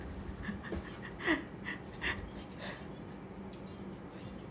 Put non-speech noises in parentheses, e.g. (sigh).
(laughs) (breath)